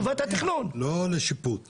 לטובת התכנון, לא, לא לשיפוט.